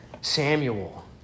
Samuel